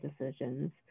decisions